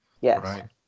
Yes